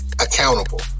accountable